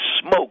smoke